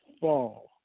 fall